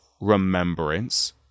remembrance